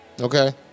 okay